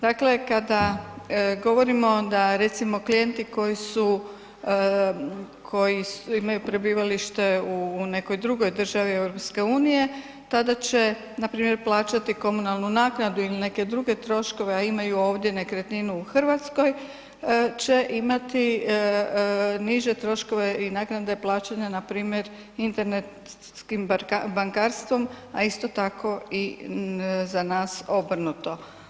Dakle, kada govorimo da recimo klijenti koji su, koji imaju prebivalište u nekoj drugoj državi EU tada će npr. plaćati komunalnu naknadu ili neke druge troškove, a imaju ovdje nekretninu u Hrvatskoj će imati niže troškove i naknade plaćanja npr. internetskim bankarstvom, a isto tako i za nas obrnuto.